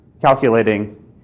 calculating